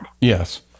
Yes